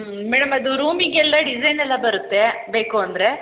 ಹ್ಞೂ ಮೇಡಮ್ ಅದೂ ರೂಮಿಗೆಲ್ಲ ಡಿಸೈನೆಲ್ಲ ಬರುತ್ತೆ ಬೇಕು ಅಂದರೆ